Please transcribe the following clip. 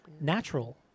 natural